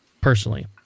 personally